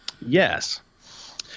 Yes